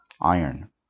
iron